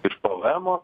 iš pavaemo